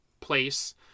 place